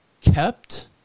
kept